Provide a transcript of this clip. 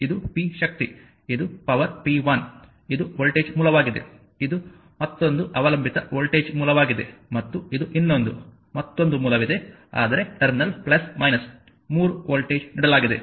ಇದು p ಶಕ್ತಿ ಇದು ಪವರ್ p1ಇದು ವೋಲ್ಟೇಜ್ ಮೂಲವಾಗಿದೆ ಇದು ಮತ್ತೊಂದು ಅವಲಂಬಿತ ವೋಲ್ಟೇಜ್ ಮೂಲವಾಗಿದೆ ಮತ್ತು ಇದು ಇನ್ನೊಂದು ಮತ್ತೊಂದು ಮೂಲವಿದೆ ಆದರೆ ಟರ್ಮಿನಲ್ 3 ವೋಲ್ಟೇಜ್ ನೀಡಲಾಗಿದೆ